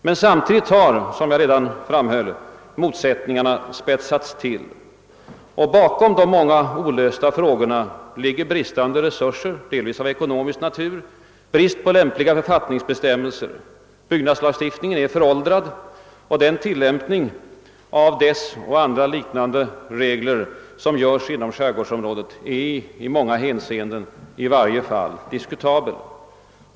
Men samtidigt har, som jag redan sagt, motsättningarna tillspetsats. Bakom de många olösta frågorna ligger bristande resurser, delvis av ekonomisk natur, och brist på lämpliga författningsbestämmelser. Byggnadslagstiftningen är föråldrad. Den tilllämpning av byggnadslagstiftningens och andra liknande regler som sker inom skärgårdsområdena är i många hänseenden i varje fall diskutabel.